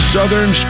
Southern